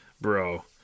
Bro